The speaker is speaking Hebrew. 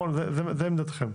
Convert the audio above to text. זאת עמדתכם.